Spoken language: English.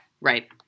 Right